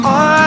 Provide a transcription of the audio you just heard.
on